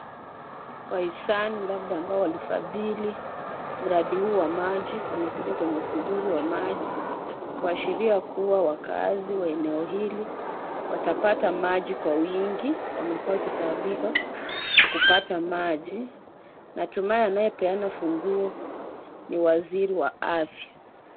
Kwa isani labda ambayo alifadhili mradi huu wa maji, wamekuja kwenye ufunguzi wa maji. Kuashiria kuwa wakazi wa eneo hili watapata maji kwa wingi. Wamekuwa wakitaabika kupata maji. Natumai anayopeana funguo ni waziri wa afya.